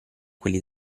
quelli